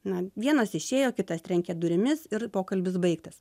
na vienas išėjo kitas trenkė durimis ir pokalbis baigtas